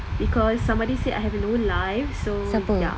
because somebody said I have no life so ya